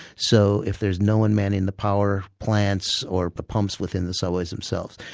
so if there's no-one manning the power plants or the pumps within the subways themselves,